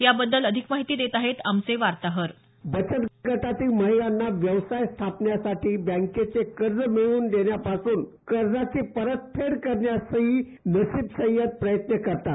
याबद्दल अधिक माहिती देत आहेत आमचे वार्ताहर बचत गटातील महिलांना आपला व्यवसाय स्थापण्यासाठी बँकेचे कर्ज मिळवून देण्यापासून कर्जाची परत फेड करण्यासही नसिब सय्यद प्रयत्न करतात